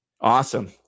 awesome